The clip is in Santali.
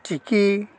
ᱪᱤᱠᱤ